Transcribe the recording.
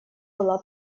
была